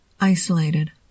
isolated